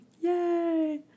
Yay